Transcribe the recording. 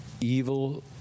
evil